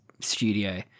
studio